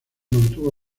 mantuvo